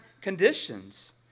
conditions